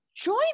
Join